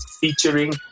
Featuring